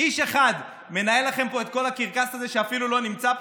איש אחד מנהל לכם פה את כל הקרקס הזה ואפילו לא נמצא פה?